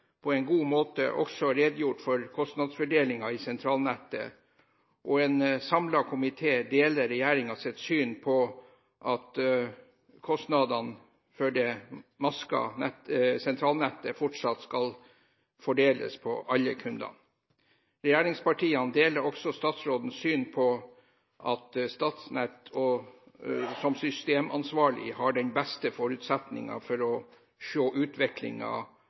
en meget god måte også redegjort for kostnadsfordelingen i sentralnettet, og en samlet komité deler regjeringens syn på at kostnadene for det maskede sentralnettet fortsatt skal fordeles på alle kundene. Regjeringspartiene deler også statsrådens syn på at Statnett som systemansvarlig har den beste forutsetningen for å